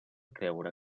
creure